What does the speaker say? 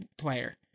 player